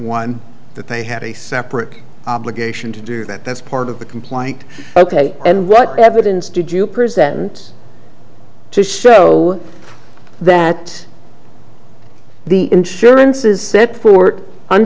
one that they had a separate obligation to do that that's part of the complaint ok and what evidence did you present to show that the insurance is set for